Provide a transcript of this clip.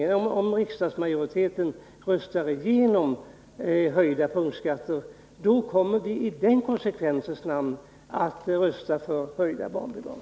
Men om riksdagsmajoriteten röstar igenom höjda punktskatter, kommer vi i konsekvensens namn att rösta för höjda barnbidrag.